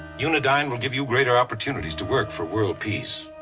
unidyne will give you greater opportunities to work for world peace.